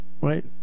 right